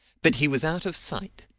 but he was out of sight.